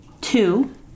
two